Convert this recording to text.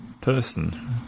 person